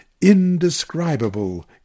indescribable